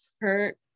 hurt